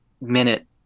minute